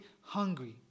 hungry